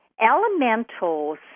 elementals